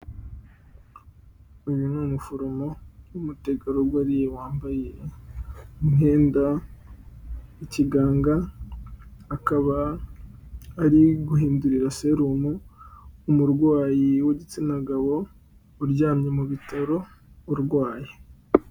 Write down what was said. Uyu ni umuforomo w'umutegarugori wambaye umwenda w'ikiganga, akaba ari guhindurira serumu umurwayi w'igitsina gabo uryamye mu bitaro urwaye.